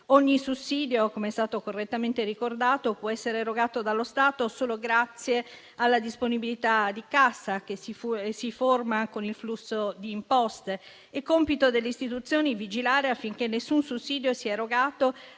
Ogni sussidio - come è stato correttamente ricordato - può essere erogato dallo Stato solo grazie alla disponibilità di cassa che si forma con il flusso di imposte. È compito delle istituzioni vigilare affinché nessun sussidio sia erogato